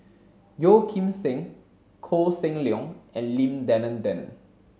Yeo Kim Seng Koh Seng Leong and Lim Denan Denon